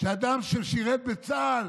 שאדם ששירת בצה"ל